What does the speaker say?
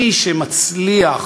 מי שמצליח,